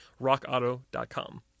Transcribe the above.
RockAuto.com